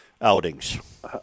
outings